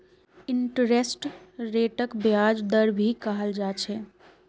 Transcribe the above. interest रेटक ब्याज दर भी कहाल जा छे